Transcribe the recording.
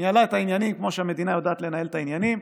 ניהלה את העניינים כמו שהמדינה יודעת לנהל את העניינים,